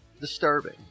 disturbing